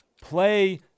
Play